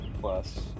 plus